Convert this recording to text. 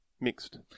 mixed